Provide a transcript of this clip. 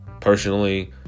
personally